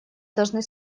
должны